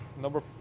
Number –